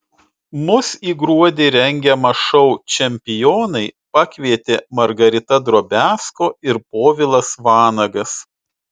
mus į gruodį rengiamą šou čempionai pakvietė margarita drobiazko ir povilas vanagas